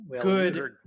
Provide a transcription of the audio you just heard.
good